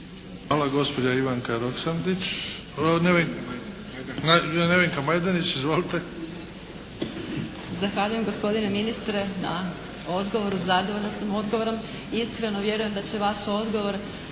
gospodine ministre na odgovoru. Zadovoljna sam odgovorom. Iskreno vjerujem da će vaš odgovor,